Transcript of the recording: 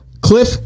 Cliff